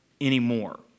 anymore